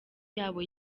yabo